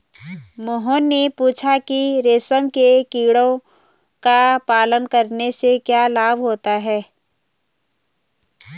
मोहन ने पूछा कि रेशम के कीड़ों का पालन करने से क्या लाभ होता है?